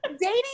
dating